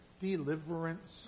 deliverance